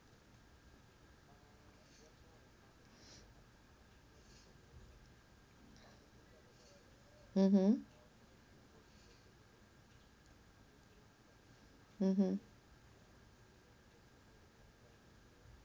mmhmm mmhmm